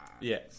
Yes